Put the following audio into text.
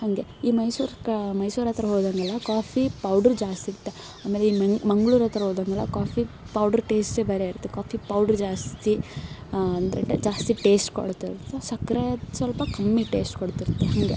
ಹಾಗೆ ಈ ಮೈಸೂರು ಕ ಮೈಸೂರು ಹತ್ತಿರ ಹೋದಂತೆಲ್ಲ ಕಾಫಿ ಪೌಡ್ರು ಜಾ ಸಿಗುತ್ತೆ ಆಮೇಲೆ ಈ ಮೆಂಗ್ ಮಂಗಳೂರತ್ರ ಹೋದಂಗೆಲ್ಲ ಕಾಫಿ ಪೌಡ್ರ್ ಟೇಸ್ಟೆ ಬೇರೆ ಇರುತ್ತೆ ಕಾಫಿ ಪೌಡ್ರ್ ಜಾಸ್ತಿ ಅಂದರೆ ಟ ಜಾಸ್ತಿ ಟೇಸ್ಟ್ ಕೊಡ್ತಿರುತ್ತೆ ಸಕ್ಕರೆ ಅದು ಸ್ವಲ್ಪ ಕಮ್ಮಿ ಟೇಸ್ಟ್ ಕೊಡ್ತಿರುತ್ತೆ ಹಂಗೆ